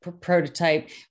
prototype